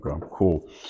cool